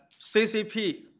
CCP